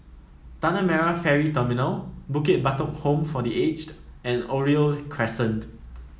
Tanah Merah Ferry Terminal Bukit Batok Home for The Aged and Oriole Crescent